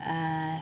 err